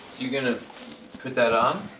you gonna put that on?